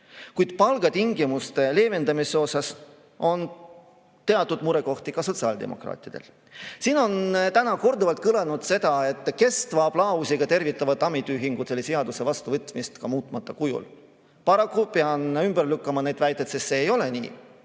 Kuid palgatingimuste leevendamise kohta on teatud murekohti ka sotsiaaldemokraatidel. Siin on täna korduvalt kõlanud, et kestva aplausiga tervitavad ametiühingud selle seaduse vastuvõtmist ka muutmata kujul. Paraku pean ümber lükkama need väited, sest see ei ole nii.